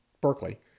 Berkeley